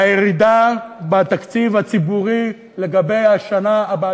מהירידה בתקציב הציבורי לגבי השנה הבאה,